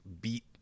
beat